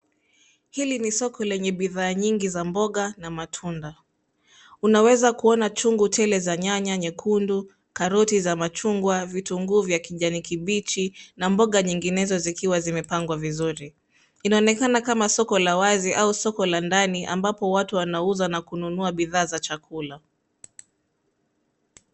Hili ni soko lenye bidhaa nyingi za mboga na matunda. Unaweza kuona chungu tele za nyanya nyekundu, karoti za machungwa, vitunguu vya kijani kibichi, na mboga nyinginezo zikiwa zimepangwa vizuri. Inaonekana kama soko la wazi au soko la ndani, ambapo watu wanauza na kununua bidhaa za chakula.